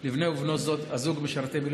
לבני ובנות הזוג משרתי המילואים.